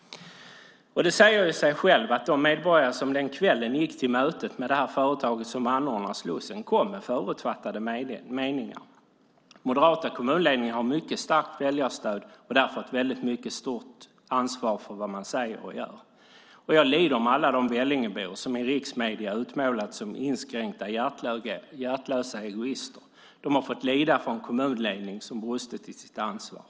Det säger sig självt att de medborgare som den kvällen gick till mötet med företaget som anordnar slussen kom dit med förutfattade meningar. Den moderata kommunledningen har mycket starkt väljarstöd och därför ett mycket stort ansvar för vad man säger och gör. Jag lider med alla de Vellingebor som i riksmedier utmålats som inskränkta och hjärtlösa egoister. De har fått lida för en kommunledning som brustit i sitt ansvar.